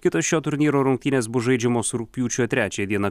kitos šio turnyro rungtynės bus žaidžiamos rugpjūčio trečiąją dieną